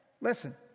Listen